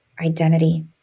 identity